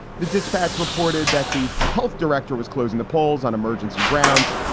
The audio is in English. the dispatch reported that the health director was closing the polls on emergency grounds.